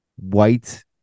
white